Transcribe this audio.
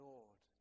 Lord